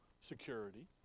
security